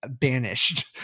banished